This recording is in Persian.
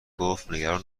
گفتنگران